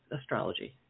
astrology